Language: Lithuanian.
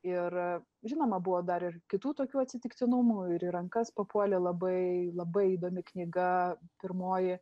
ir žinoma buvo dar ir kitų tokių atsitiktinumų ir į rankas papuolė labai labai įdomi knyga pirmoji